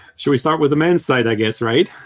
should we start with the men's side, i guess, right?